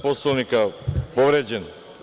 Poslovnika povređen.